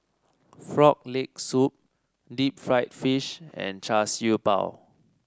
Frog Leg Soup Deep Fried Fish and Char Siew Bao